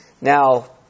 Now